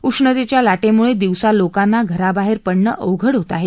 उष्णतेच्या ला िंबुळं दिवसा लोकांना घराबाहेर पडणं अवघड होत आहे